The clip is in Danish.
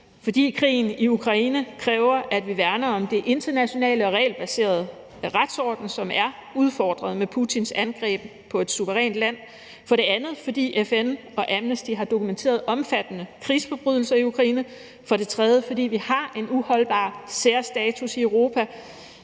fordi krigen i Ukraine kræver, at vi værner om den internationale og regelbaserede retsorden, som er udfordret med Putins angreb på et suverænt land; for det andet fordi FN og Amnesty har dokumenteret omfattende krigsforbrydelser i Ukraine; for det tredje fordi vi har en uholdbar særstatus i Europa.